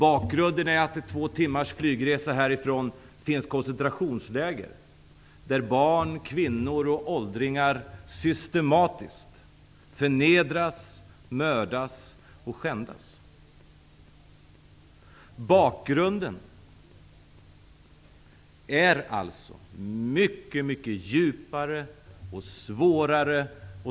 Bakgrunden är att det två timmars flygresa härifrån finns koncentrationsläger där barn, kvinnor och åldringar systematiskt förnedras, mördas och skändas. Bakgrunden är alltså mycket djupare och svårare än vad Lars Moquist säger.